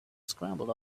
scrambled